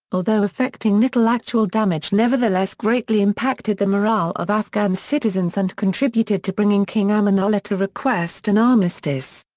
although effecting little actual damage nevertheless greatly impacted the morale of afghan citizens and contributed to bringing king amanullah to request an armistice.